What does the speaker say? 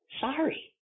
Sorry